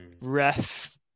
Ref